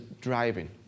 driving